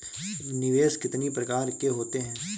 निवेश कितनी प्रकार के होते हैं?